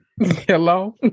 Hello